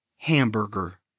Hamburger